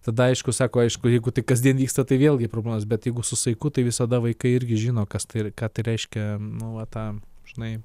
tada aišku sako aišku jeigu tai kasdien vyksta tai vėlgi problemos bet jeigu su saiku tai visada vaikai irgi žino kas tai ir ką tai reiškia nu vat tą žinai